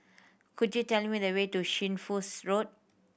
could you tell me the way to Shunfu's Road